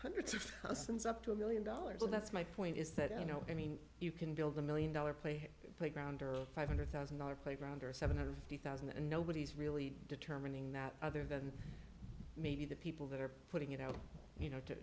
hundreds of thousands up to a one million dollars and that's my point is that you know i mean you can build a one million dollar play playground or five hundred thousand dollar playground or seven of the one thousand and nobody's really determining that other than maybe the people that are putting it out you know to